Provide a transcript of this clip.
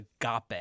agape